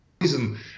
reason